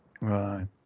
right